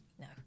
no